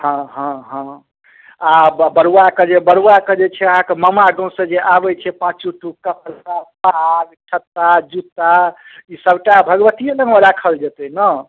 हॅं हॅं हॅं आ बड़ुआ के जे बड़ुआ के जे छै अहाँके मामा गाँवसँ जे आबै छै पाँचो टूक कपड़ा पाग छत्ता जूता ई सभटा भगबतिये लग मे राखल जेतै ने